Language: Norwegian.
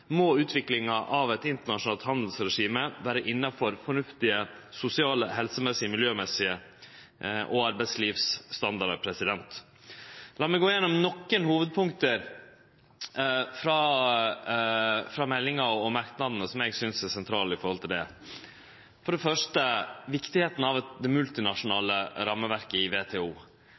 må utviklinga av eit internasjonalt handelsregime vere innanfor fornuftige sosiale, helsemessige og miljømessige standardar og arbeidslivsstandardar. La meg gå gjennom nokre hovudpunkt frå meldinga og merknadene som eg synest er sentrale når det gjeld dette – for det første kor viktig det multinasjonale rammeverket i